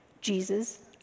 Jesus